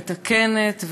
מתקנת,